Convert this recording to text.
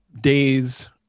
days